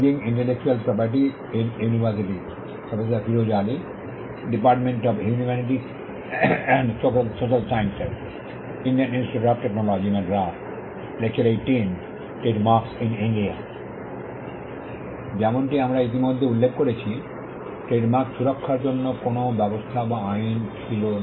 যেমনটি আমরা ইতিমধ্যে উল্লেখ করেছি ট্রেডমার্ক সুরক্ষার জন্য কোনও ব্যবস্থা বা আইন ছিল না